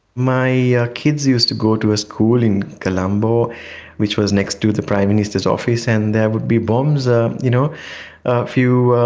my kids used to go to a school in colombo which was next to the prime minister's office and there would be bombs, ah you know a few,